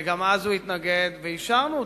וגם אז הוא התנגד, ואישרנו אותם.